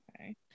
Okay